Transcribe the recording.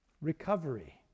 recovery